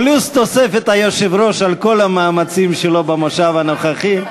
פלוס תוספת היושב-ראש על כל המאמצים שלו במושב הנוכחי.